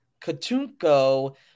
Katunko